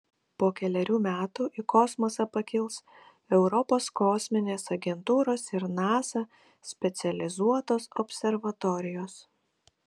po kelerių metų į kosmosą pakils europos kosminės agentūros ir nasa specializuotos observatorijos